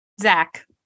Zach